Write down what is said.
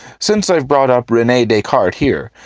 since i've brought up rene descartes here,